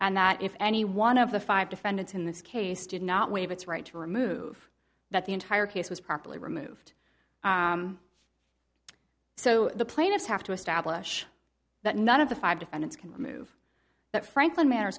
and that if any one of the five defendants in this case did not waive its right to remove that the entire case was properly removed so the plaintiffs have to establish that none of the five defendants can move that franklin manners